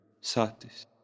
Satis